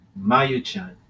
Mayu-chan